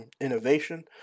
innovation